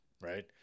Right